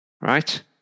right